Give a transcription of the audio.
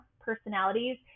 personalities